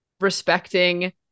respecting